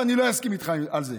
ואני לא אסכים איתך על זה.